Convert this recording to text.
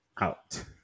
out